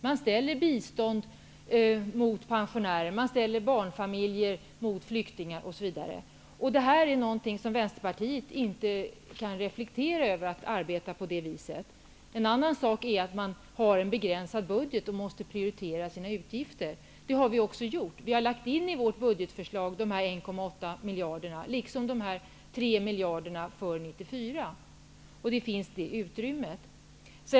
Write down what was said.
Man ställer bistånd mot pensionärer, barnfamiljer mot flyktingar, osv. Vänsterpartiet kan inte reflektera över tanken att arbeta på det sättet. En annan sak är att budgeten är begränsad och att utgifterna måste prioriteras. Det har vi gjort. Vi har i vårt budgetförslag lagt in 1,8 miljarder, liksom 3 miljarder för 1994. Det är det utrymme som finns.